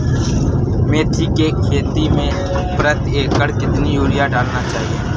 मेथी के खेती में प्रति एकड़ कितनी यूरिया डालना चाहिए?